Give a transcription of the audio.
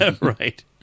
right